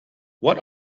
what